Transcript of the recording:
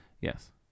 Yes